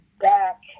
back